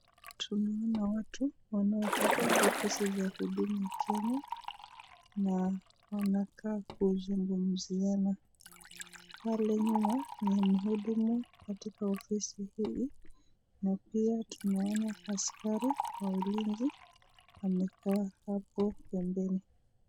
Tunaona watu wanaotoka ofisi za huduma Kenya na wanakaa kuzungumuziana. Pale nyuma ni mhudumu katika ofisi hii na pia tunaona askari wa ulinzi amekaa hapo pembeni.